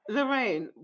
Lorraine